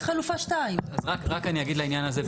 חלופה 2. אז רק אני אגיד לעניין הזה,